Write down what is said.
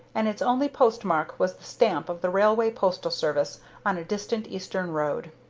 and its only post-mark was the stamp of the railway postal-service on a distant eastern road.